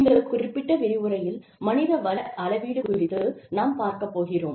இந்த குறிப்பிட்ட விரிவுரையில் மனித வள அளவீடு குறித்து நாம் பார்க்கப்போகிறோம்